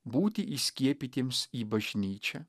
būti įskiepytiems į bažnyčią